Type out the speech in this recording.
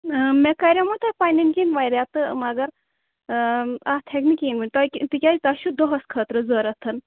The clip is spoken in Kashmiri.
مےٚ کَریومو تۄہہِ پَنٕنۍ کِنۍ واریاہ تہٕ مَگر اَتھ ہٮ۪کہِ نہٕ کِہیٖنٛۍ ؤنِتھ تۄہہِ تِکیٛازِ تۄہہِ چھُو دۄہَس خٲطرٕ ضروٗرتھ